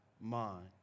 mind